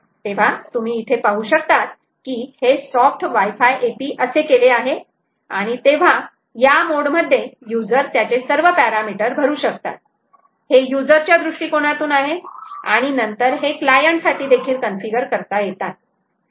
तेव्हा तुम्ही पाहू शकतात की हे सॉफ्ट वाय फाय AP असे केले आहे आणि तेव्हा या मोड मध्ये यूजर त्यांचे सर्व पॅरामिटर भरू शकतात हे युजर्स च्या दृष्टिकोनातून आहे आणि नंतर हे क्लायंट साठी देखील कन्फिगर करता येतात